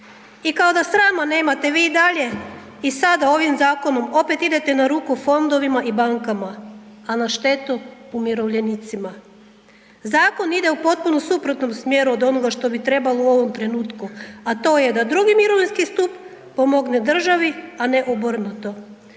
I kao da srama nemate, vi i dalje i sada ovim zakonom opet idete na ruku fondovima i bankama, a na štetu umirovljenicima. Zakon ide u potpuno suprotnom smjeru od onoga što bi trebalo u ovom trenutku, a to je da drugi mirovinski stup pomogne državi, a ne obrnuto.